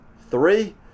three